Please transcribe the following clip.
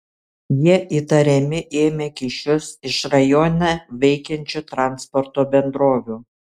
jie įtariami ėmę kyšius iš rajone veikiančių transporto bendrovių